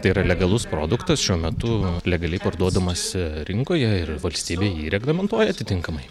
tai yra legalus produktas šiuo metu legaliai parduodamas rinkoje ir valstybė jį reglamentuoja atitinkamai